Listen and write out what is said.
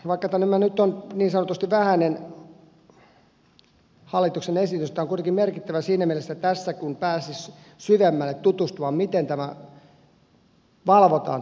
vaikka tämä nyt on niin sanotusti vähäinen hallituksen esitys tämä on kuitenkin merkittävä siinä mielessä että tässä kun pääsisi syvemmälle tutustumaan siihen miten tämä varojen käyttö valvotaan